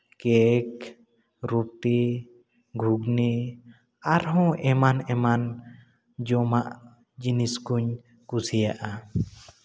cake ᱨᱩᱴᱤ ᱜᱷᱩᱜᱽᱱᱤ ᱟᱨᱦᱚᱸ ᱮᱢᱟᱱ ᱮᱢᱟᱱ ᱡᱚᱢᱟᱜ ᱡᱤᱱᱤᱥ ᱠᱚᱧ ᱠᱩᱥᱤᱭᱟᱜᱼᱟ